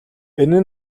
энэ